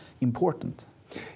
important